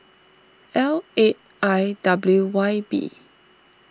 L eight I W Y B